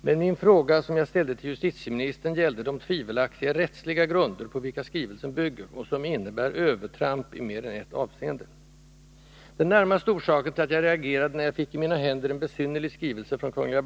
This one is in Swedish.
Men min fråga, som jag ställde till justitieministern, gällde de tvivelaktiga rättsliga grunder på vilka skrivelsen bygger och som innebär övertramp i mer än ett hänseende. Den närmaste orsaken till att jag reagerade när jag fick i mina händer en besynnerlig skrivelse från ”Kungl.